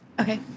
okay